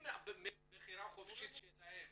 אם מבחירה חופשית שלהם